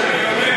אני רק שואל אותך.